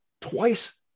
twice